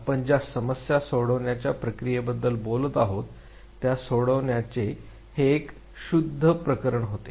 आपण ज्या समस्या सोडवण्याच्या प्रक्रियेबद्दल बोलत आहोत त्या सोडवण्याचे हे पुन्हा एक शुद्ध प्रकरण होते